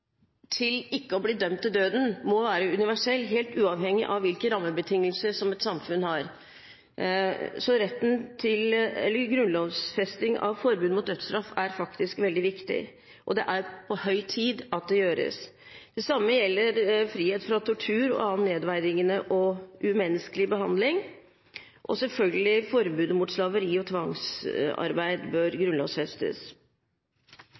til ikke å bli dømt til døden må være universell helt uavhengig av hvilke rammebetingelser som et samfunn har, er veldig viktig. Det er på høy tid at det gjøres. Det samme gjelder frihet fra tortur og annen nedverdigende og umenneskelig behandling, og selvfølgelig bør forbud mot slaveri og tvangsarbeid